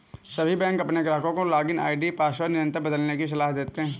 सभी बैंक अपने ग्राहकों को लॉगिन आई.डी पासवर्ड निरंतर बदलने की सलाह देते हैं